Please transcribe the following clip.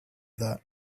that